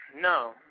No